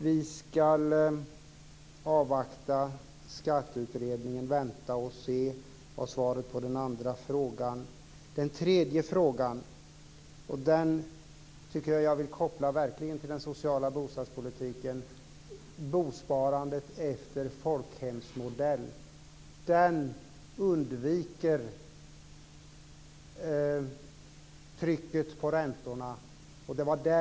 Vi ska avvakta skatteutredningen, vänta och se, var svaret på den andra frågan. Den tredje frågan, som jag verkligen vill koppla till den sociala bostadspolitiken, gäller bosparandet efter folkhemsmodell. Den undviker trycket på räntorna.